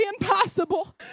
impossible